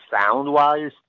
sound-wise